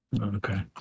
Okay